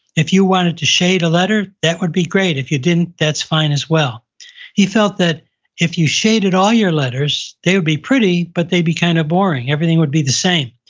if you wanted to shade a letter, that would be great. if you didn't, that's fine as well he felt that if you shaded all your letters, they would be pretty, but they'd be kind of boring. everything would be the same.